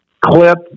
clip